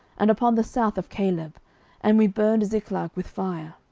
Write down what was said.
and upon the south of caleb and we burned ziklag with fire.